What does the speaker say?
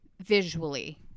visually